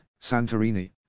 Santorini